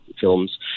films